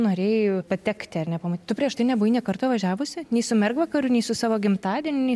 norėjau patekti ar ne tu prieš tai nebuvai nė karto važiavusi nei su mergvakariu nei su savo gimtadieniu